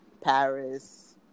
Paris